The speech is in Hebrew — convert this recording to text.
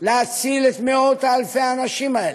להציל את מאות אלפי האנשים האלה,